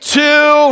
two